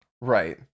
Right